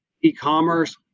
e-commerce